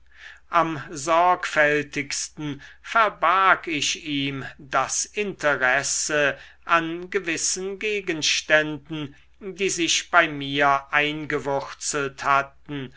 am sorgfältigsten verbarg ich ihm das interesse an gewissen gegenständen die sich bei mir eingewurzelt hatten